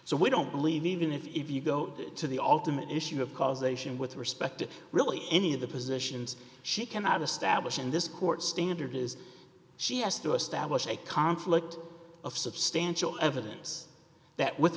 so we don't believe even if you go to the ultimate issue of causation with respect to really any of the positions she cannot establish in this court standard is she has to establish a conflict of substantial evidence that with